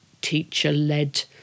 teacher-led